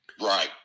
Right